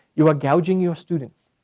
you're gouging your students,